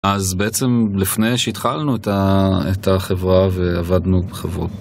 אז בעצם לפני שהתחלנו את החברה ועבדנו בחברו..